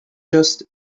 just